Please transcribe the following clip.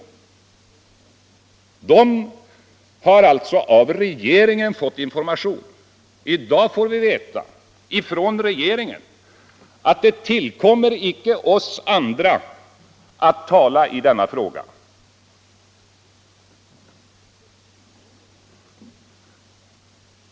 De socialdemokratiska ledamöterna har alltså av regeringen fått information. I dag får vi veta —- från regeringen — att det tillkommer icke oss andra att tala i denna fråga!